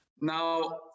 Now